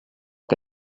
que